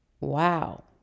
Wow